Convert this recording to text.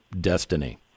destiny